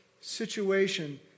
situation